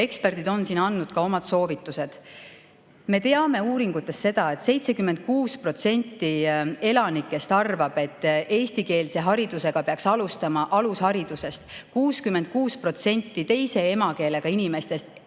Eksperdid on andnud ka oma soovitused.Me teame uuringutest, et 76% elanikest arvab, et eestikeelse haridusega peaks alustama alusharidusest. 66% teise emakeelega inimestest arvab